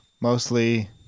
Mostly